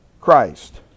Christ